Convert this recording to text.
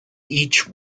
each